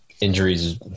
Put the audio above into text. injuries